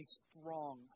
strong